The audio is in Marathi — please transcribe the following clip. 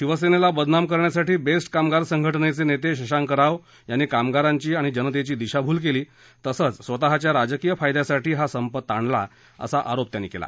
शिवसेनेला बदनाम करण्यासाठी बेस्ट कामगार संघटनेचे नेते शशांक राव यांनी कामगारांची आणि जनतेची दिशाभूल केलीतसच स्वतःच्या राजकीय फायद्यासाठी हा संप ताणला असा आरोप त्यांनी केला